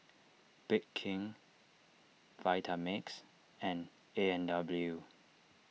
Bake King Vitamix and A and W